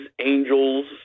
angels